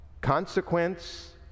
consequence